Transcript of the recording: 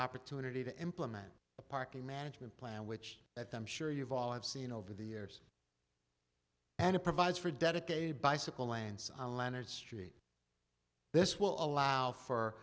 opportunity to implement a parking management plan which at them sure you've all have seen over the years and it provides for dedicated bicycle lanes on leonard street this will allow for